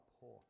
poor